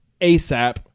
ASAP